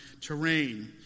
terrain